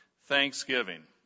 Thanksgiving